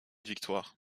victoire